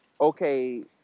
okay